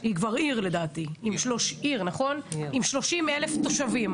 היא כבר עיר לדעתי עם 30,000 תושבים,